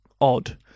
odd